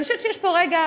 ואני חושבת שיש פה רגע,